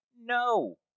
No